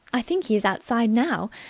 i think he's outside now.